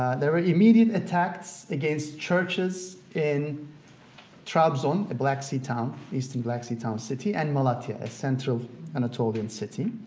there were immediate attacks against churches in trabzon, a black sea town, eastern black sea town city, and malatya, a central anatolian city,